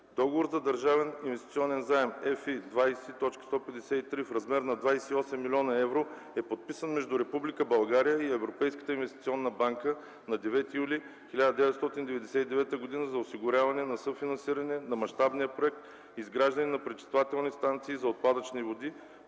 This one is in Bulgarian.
Договор за държавен инвестиционен заем – FI 20.153 в размер на 28 млн. евро е подписан между Република България и Европейската инвестиционна банка на 9 юли 1999 г. за осигуряване на съфинансиране на мащабния проект „Изграждане на пречиствателни станции за отпадъчни води